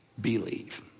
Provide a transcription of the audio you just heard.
believe